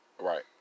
right